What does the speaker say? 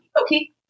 Okay